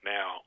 Now